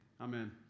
Amen